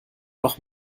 noch